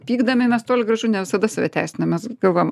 pykdami mes toli gražu ne visada save teisinam mes galvojam